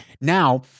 Now